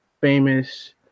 famous